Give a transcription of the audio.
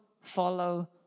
follow